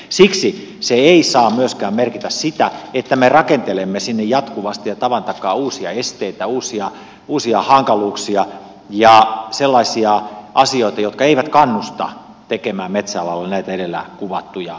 siksi se ei saa myöskään merkitä sitä että me rakentelemme sinne jatkuvasti ja tavan takaa uusia esteitä uusia hankaluuksia ja sellaisia asioita jotka eivät kannusta tekemään metsäalalla näitä edellä kuvattuja töitä